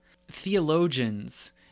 theologians